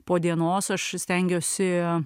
po dienos aš stengiuosi